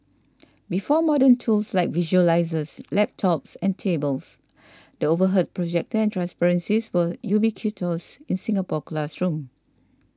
before modern tools like visualisers laptops and tablets the overhead projector and transparencies were ubiquitous in Singapore classroom